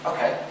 Okay